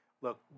look